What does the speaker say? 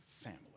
family